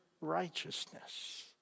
righteousness